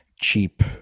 cheap